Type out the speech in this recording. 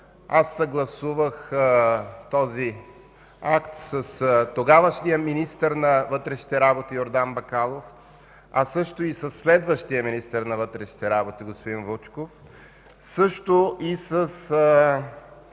аз съгласувах този акт с тогавашния министър на вътрешните работи Йордан Бакалов, със следващия министър на вътрешните работи – господин Вучков, а също и с